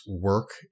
work